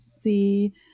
see